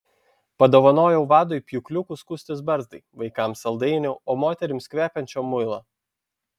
padovanoju vadui pjūkliukų skustis barzdai vaikams saldainių o moterims kvepiančio muilo